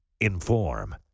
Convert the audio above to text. Inform